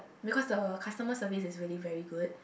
because the customer service is really very good